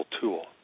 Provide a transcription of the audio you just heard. tool